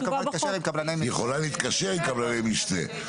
היא יכולה להתקשר עם קבלני משנה.